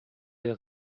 der